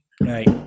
Right